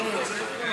הוא לא מייצג אותך?